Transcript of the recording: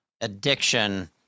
addiction